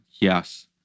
yes